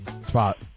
Spot